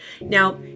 now